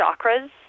chakras